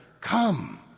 Come